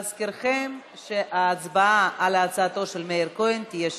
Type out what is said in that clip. להזכירכם, ההצבעה על הצעתו של מאיר כהן תהיה שמית.